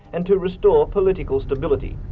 and to restore political stability.